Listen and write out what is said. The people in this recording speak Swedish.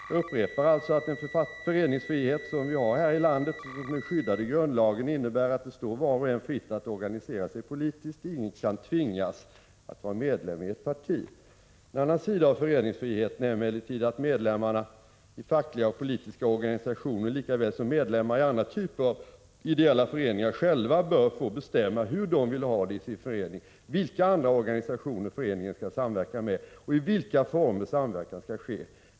Jag upprepar alltså att den föreningsfrihet som vi har här i landet och som är skyddad i grundlagen innebär att det står var och en fritt att organisera sig politiskt. Ingen kan tvingas att vara medlem i ett parti. En annan sida av föreningsfriheten är emellertid att medlemmarna i fackliga och politiska organisationer, lika väl som medlemmar i andra typer av ideella föreningar, själva bör få bestämma hur de vill ha det i sin förening, vilka andra organisationer föreningen skall samverka med och i vilka former samverkan skall ske.